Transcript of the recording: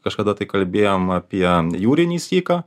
kažkada tai kalbėjom apie jūrinį syką